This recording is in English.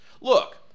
Look